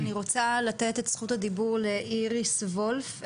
אני רוצה לתת את זכות הדיבור לאיריס וולף,